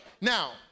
Now